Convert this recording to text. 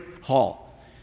hall